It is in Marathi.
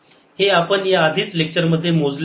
हे आपण याआधीच लेक्चर मध्ये मोजले आहे